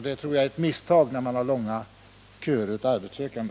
Det tror jag är ett misstag när det finns långa köer av arbetssökande.